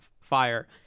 fire